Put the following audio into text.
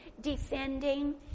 defending